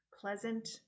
pleasant